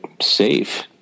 safe